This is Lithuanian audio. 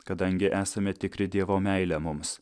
kadangi esame tikri dievo meile mums